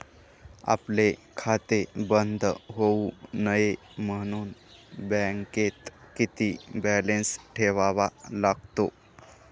आपले खाते बंद होऊ नये म्हणून बँकेत किती बॅलन्स ठेवावा लागतो?